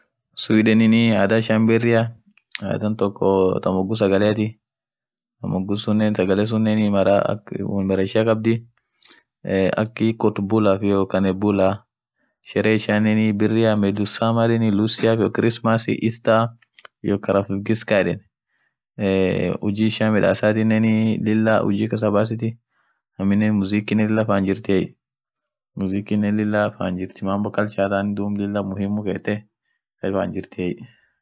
Sudenin adha ishian birria adhaan toko thaa moghuu sagaleathi moghuu suun sagale sunnen mara wonn berre ishia khabdhii eee akhi kothubulaf iyo kanebula sheree ishianen birria medhu sammer yedheni luisia iyo Christmas esther iyo karafuu gisger yedheni eee huji ishian midhasathinen lila huji kasabasitthi aminen mzikiinen Lila fan jirthi mambo culture thanen muhimu kethee lila fan jirthiye